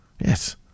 Yes